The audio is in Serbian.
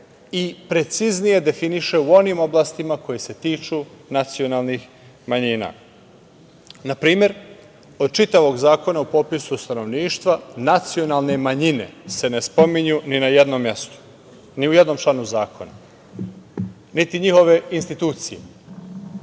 i preciznije definiše u onim oblastima koje se tiču nacionalnih manjina. Na primer, od čitavog Zakona o popisu stanovništva, nacionalne manjine se ne spominju ni na jednom mestu, ni u jednom članu zakona, niti njihove institucije,